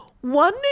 One